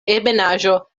ebenaĵo